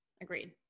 Agreed